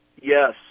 Yes